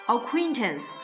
Acquaintance